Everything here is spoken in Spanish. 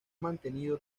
mantenido